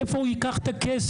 מאיפה הוא ייקח את הכסף?